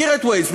מכיר את Waze?